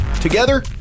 Together